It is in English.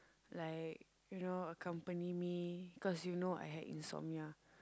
like you know accompany me cause you know I had insomnia